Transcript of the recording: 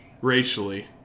racially